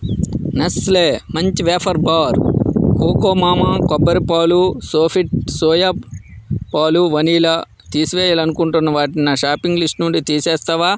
Nestle Munch wafer bar Coco Mama కొబ్బరి పాలు Sofit soya పాలు వనీలా తీసివేయాలి అనుకుంటున్న వాటిని నా షాపింగ్ లిస్ట్ నుండి తీసేస్తావా